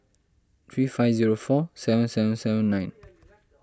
three five zero four seven seven seven nine